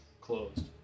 closed